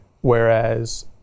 Whereas